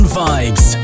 vibes